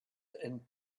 and